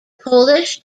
polish